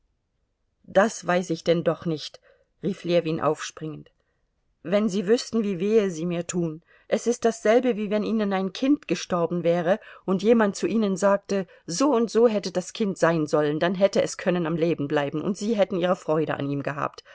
das weiß ich denn doch nicht rief ljewin aufspringend wenn sie wüßten wie wehe sie mir tun es ist dasselbe wie wenn ihnen ein kind gestorben wäre und jemand zu ihnen sagte soundso hätte das kind sein sollen dann hätte es können am leben bleiben und sie hätten ihre freude an ihm gehabt